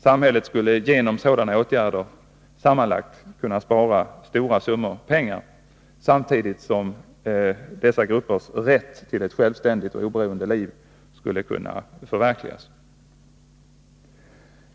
Samhället skulle genom sådana åtgärder sammanlagt kunna spara stora summor pengar, samtidigt som dessa gruppers rätt till ett självständigt och oberoende liv kunde förverkligas.